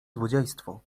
złodziejstwo